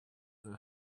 her